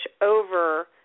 over